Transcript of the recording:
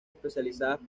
especializadas